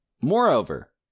Moreover